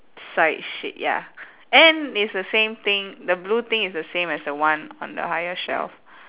side shit ya and it's the same thing the blue thing is the same as the one on the higher shelf